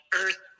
earth